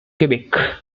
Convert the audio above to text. cubic